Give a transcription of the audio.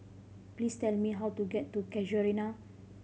please tell me how to get to Casuarina